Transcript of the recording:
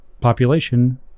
population